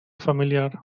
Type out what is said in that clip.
familiar